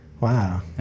Wow